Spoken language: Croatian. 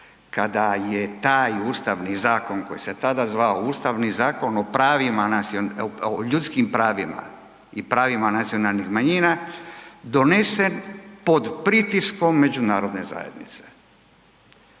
kada je taj Ustavni zakon koji se tada zvao Ustavni zakon o ljudskim pravima i pravima nacionalnih manjina, donesen pod pritiskom međunarodne zajednice,